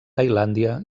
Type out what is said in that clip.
tailàndia